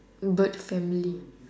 bird family